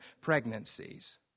pregnancies